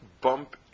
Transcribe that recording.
bump